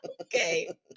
Okay